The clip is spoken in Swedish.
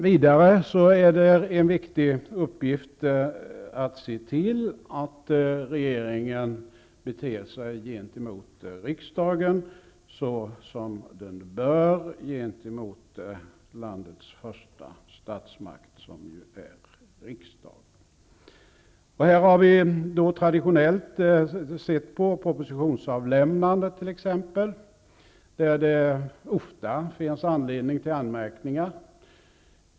Vidare är en viktig uppgift att se till att regeringen beter sig gentemot riksdagen så som den bör gentemot landets första statsmakt, som ju är riksdagen. Här har vi traditionellt sett på t.ex. propositionsavlämnanden, där det ofta finns anledning till anmärkningar.